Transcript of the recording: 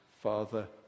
father